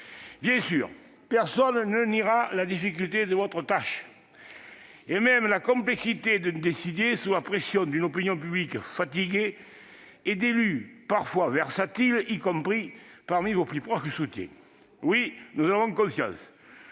Bien sûr, personne ne niera la difficulté de votre tâche, monsieur le Premier ministre, ni même la complexité de décider sous la pression d'une opinion publique fatiguée et d'élus parfois versatiles, y compris parmi vos plus proches soutiens. Nous en avons bien conscience